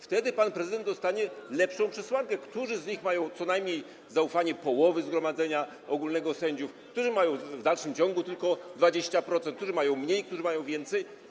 Wtedy pan prezydent dostanie lepszą przesłankę, którzy z nich mają zaufanie co najmniej połowy zgromadzenia ogólnego sędziów, którzy mają w dalszym ciągu tylko 20%, którzy mają mniej, którzy mają więcej.